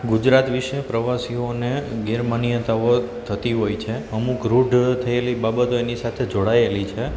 ગુજરાત વિશે પ્રવાસીઓને ગેરમાન્યતાઓ થતી હોય છે અમુક રૂઢ થયેલી બાબતો એની સાથે જોડાયેલી છે